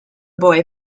boy